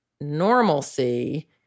normalcy